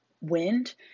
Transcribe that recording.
Wind